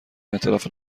انعطاف